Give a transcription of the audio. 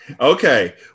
Okay